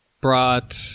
brought